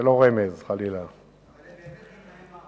רצוני לשאול: 1. האם הקשיים שנגרמו